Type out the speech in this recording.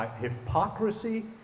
hypocrisy